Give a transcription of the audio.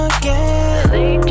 again